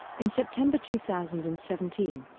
in september two thousand and seventeen,